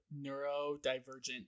neurodivergent